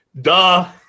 duh